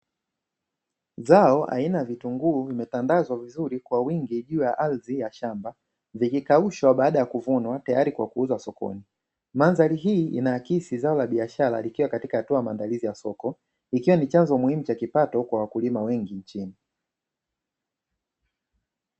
Zao aina la vitunguu limetandazwa vizuri kwa wingi juu ya ardhi ya shamba vikiakaushwa baada ya kuvunwa tayari kwa kuuzwa sokoni, mandhari hii inaakisi zao la biashara likiwa katika hatua ya maandalizi ya soko, ikiwa ni chanzo muhimu cha kipato kwa wakulima wengi nchini.